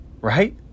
Right